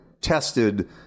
tested